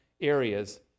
areas